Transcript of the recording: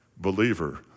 believer